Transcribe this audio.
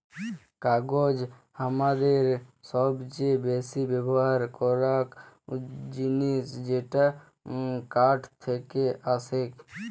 কাগজ হামাদের সবচে বেসি ব্যবহার করাক জিনিস যেটা কাঠ থেক্কে আসেক